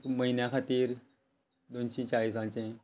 म्हयन्या खातीर दोनशें चाळीसांचें